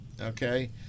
okay